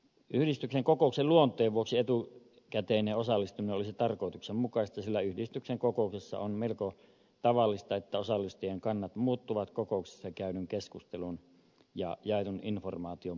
yhdistyksen kokouksen luonteen vuoksi etukäteinen osallistuminen olisi tarkoituksenmukaista sillä yhdistyksen kokouksessa on melko tavallista että osallistujien kannat muuttuvat kokouksessa käydyn keskustelun ja jaetun informaation perusteella